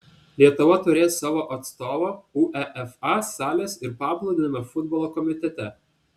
lietuva turės savo atstovą uefa salės ir paplūdimio futbolo komitete